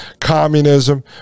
communism